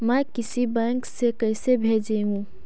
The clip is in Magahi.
मैं किसी बैंक से कैसे भेजेऊ